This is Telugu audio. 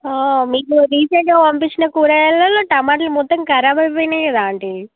మీకు రీసెంట్గా పంపించిన కూరగాయలల్లో టమాటాలు మొత్తం ఖరాబ్ అయిపోయినాయి కదా ఆంటీ